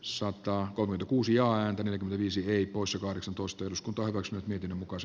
soittaa kolme kuusi ääntä viisi heikossa kahdeksantoista jos kaivos nyt nekin lukas